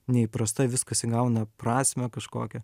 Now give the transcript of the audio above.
neįprasta viskas įgauna prasmę kažkokią